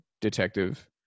detective